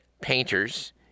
painters